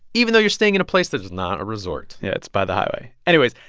even though you're staying in a place that's not a resort yeah. it's by the highway. anyways,